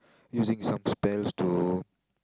using some spells to